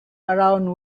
around